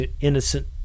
innocent